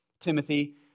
Timothy